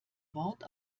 wort